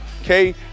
okay